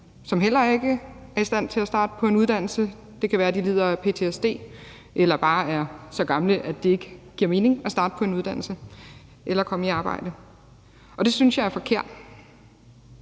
som heller ikke er i stand til at starte på en uddannelse. Det kan være, at de lider af ptsd eller bare er så gamle, at det ikke giver mening at starte på en uddannelse eller komme i arbejde. Det synes jeg er forkert.